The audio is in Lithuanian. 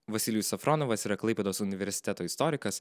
vasilijus safronovas yra klaipėdos universiteto istorikas